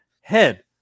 head